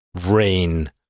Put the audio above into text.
Rain